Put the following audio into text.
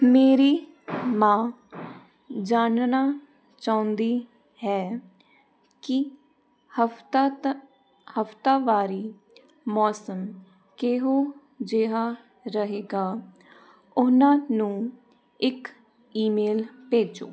ਮੇਰੀ ਮਾਂ ਜਾਣਨਾ ਚਾਹੁੰਦੀ ਹੈ ਕੀ ਹਫ਼ਤਾ ਦਾ ਹਫਤਾਵਾਰੀ ਮੌਸਮ ਕਿਹੋ ਜਿਹਾ ਰਹੇਗਾ ਉਹਨਾਂ ਨੂੰ ਇੱਕ ਈਮੇਲ ਭੇਜੋ